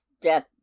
death